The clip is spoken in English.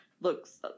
looks